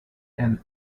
and